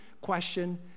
question